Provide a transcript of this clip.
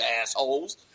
assholes